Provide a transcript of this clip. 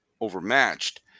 overmatched